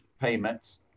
payments